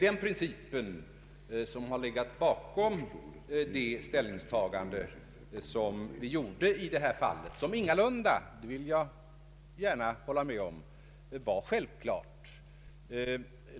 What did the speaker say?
Den principen har legat bakom vårt ställningstagande i det här fallet, som ingalunda — det vill jag gärna hålla med om — var självklart.